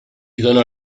dóna